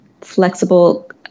flexible